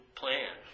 plan